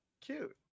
Cute